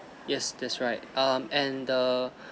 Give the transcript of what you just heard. yes that's right um and the